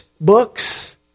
books